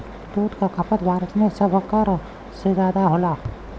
दूध क खपत भारत में सभकरा से जादा होला